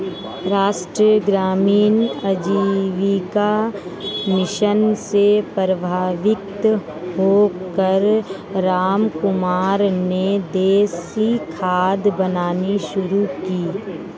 राष्ट्रीय ग्रामीण आजीविका मिशन से प्रभावित होकर रामकुमार ने देसी खाद बनानी शुरू की